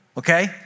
Okay